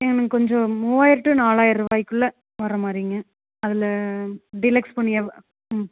எனக்கு கொஞ்சம் மூவாயிரம் டு நாலாயிர ரூபாய்குள்ள வர மாதிரிங்க அதில் டீலக்ஸ் பொன்னி ம்